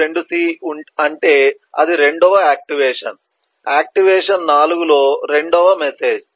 2c అంటే అది రెండవ యాక్టివేషన్ యాక్టివేషన్ 4లో రెండవ మెసేజ్